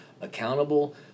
accountable